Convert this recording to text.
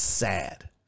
Sad